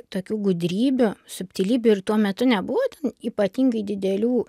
tokių gudrybių subtilybių ir tuo metu nebuvo ypatingai didelių